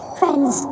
friends